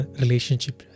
relationship